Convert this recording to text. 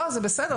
זה בסדר.